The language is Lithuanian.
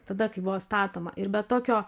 tada kai buvo statoma ir be tokio